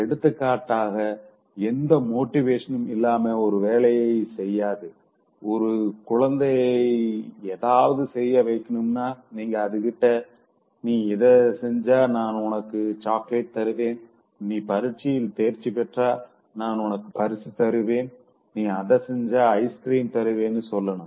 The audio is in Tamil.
எடுத்துக்காட்டாக எந்த மோட்டிவேஷனும் இல்லாம ஒரு வேலைய செய்யாது ஒரு குழந்தைய ஏதாவது செய்ய வைக்கணும்னா நீங்க அது கிட்ட நீ இத செஞ்சா நான் உனக்கு சாக்லேட் தருவேன் நீ பரிட்சையில் தேர்ச்சி பெற்றா நான் உனக்கு பரிசு தருவேன் நீ அத செஞ்ச ஐஸ்கிரீம் தருவேனு சொல்லணும்